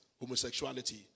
homosexuality